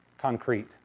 concrete